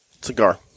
Cigar